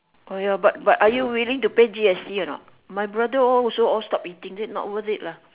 !aiyo! but but are you willing to pay G_S_T or not my brother all also stop eating say not worth it lah